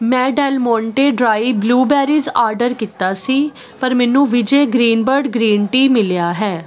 ਮੈਂ Del Monte dry blueberries order ਕੀਤਾ ਸੀ ਪਰ ਮੈਨੂੰ ਵਿਜੇ ਗ੍ਰੀਨ ਬਰਡ ਗ੍ਰੀਨ ਟੀ ਮਿਲਿਆ ਹੈ